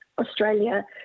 Australia